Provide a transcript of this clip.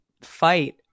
fight